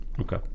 Okay